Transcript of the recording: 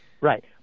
Right